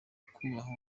kubaha